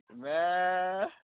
man